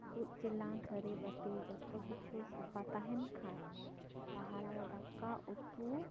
ᱴᱩᱠᱩᱡ ᱪᱮᱞᱟᱝ ᱛᱷᱟᱹᱨᱤ ᱵᱟᱹᱴᱤ ᱡᱚᱛᱚ ᱠᱤᱪᱷᱩ ᱥᱟᱯᱟ ᱛᱟᱦᱮᱱ ᱠᱷᱟᱱ ᱛᱟᱦᱚᱞᱮ ᱫᱟᱠᱟ ᱩᱛᱩ